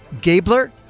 Gabler